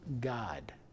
God